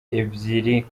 ebyeri